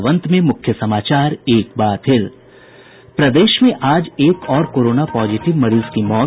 और अब अंत में मुख्य समाचार एक बार फिर प्रदेश में आज एक और कोरोना पॉजिटिव मरीज की मौत